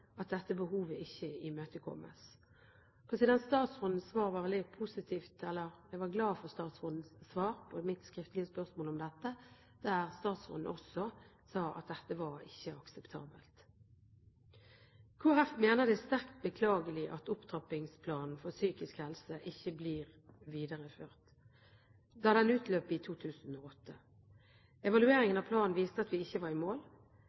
at dette behovet ikke imøtekommes. Statsrådens svar var veldig positivt, og jeg er glad for statsrådens svar på mitt skriftlige spørsmål om dette, der statsråden også sa at dette ikke var akseptabelt. Kristelig Folkeparti mener det er sterkt beklagelig at Opptrappingsplanen for psykisk helse ikke ble videreført da den utløp i 2008. Evalueringen av planen viste at vi ikke var i mål.